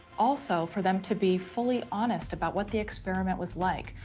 also for them to be fully honest about what the experiment was like,